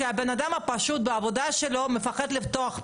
שאם הייתה אפשרות של שחיטת חו"ל זה היה פותח את היבוא